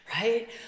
right